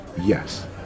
yes